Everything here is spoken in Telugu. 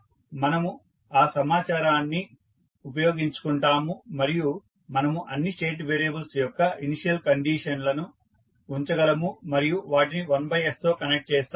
కావున మనము ఆ సమాచారాన్ని ఉపయోగించుకుంటాము మరియు మనము అన్ని స్టేట్ వేరియబుల్స్ యొక్క ఇనీషియల్ కండిషన్లు ఉంచగలము మరియు వాటిని 1s తో కనెక్ట్ చేస్తాము